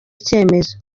icyemezo